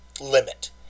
limit